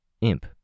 Imp